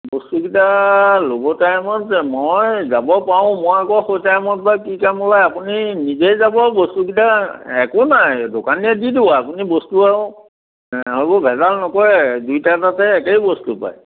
বস্তুকিটা ল'ব টাইমত যে মই যাব পাৰোঁ মই আকৌ সেই টাইমত বা কি কাম ওলায় আপুনি নিজে যাব বস্তুকিটা একো নাই দোকানীয়ে দি দিব আপুনি বস্তু আৰু ভেজাল নকৰে দুইটাৰ তাতে একেই বস্তু পায়